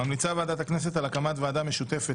כרגע אני עובר לסעיף ט': הקמת ועדה משותפת